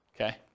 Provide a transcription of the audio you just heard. okay